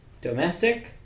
Domestic